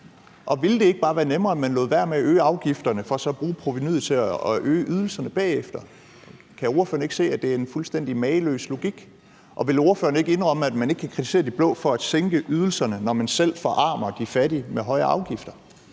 Og ville det ikke bare være nemmere, at man lod være med at øge afgifterne for så at bruge provenuet til at øge ydelserne bagefter? Kan ordføreren ikke se, at det er en fuldstændig mageløs logik? Og vil ordføreren ikke indrømme, at man ikke kan kritisere de blå for at sænke ydelserne, når man selv forarmer de fattige med højere afgifter?